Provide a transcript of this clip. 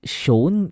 shown